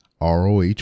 ROH